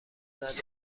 ندارد